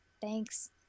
thanks